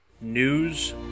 News